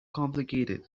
complicated